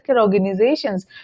organizations